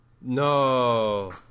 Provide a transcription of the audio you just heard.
no